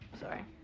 Sorry